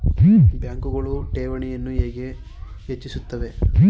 ಬ್ಯಾಂಕುಗಳು ಠೇವಣಿಗಳನ್ನು ಹೇಗೆ ಹೆಚ್ಚಿಸುತ್ತವೆ?